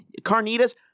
Carnitas